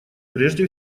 прежде